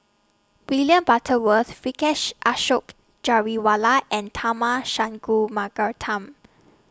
William Butterworth Vijesh Ashok Ghariwala and Tharman Shanmugaratnam